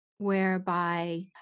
whereby